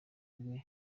rwe